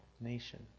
nation